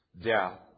death